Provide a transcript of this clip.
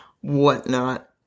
whatnot